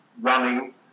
running